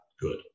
good